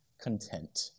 content